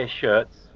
shirts